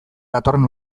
datorren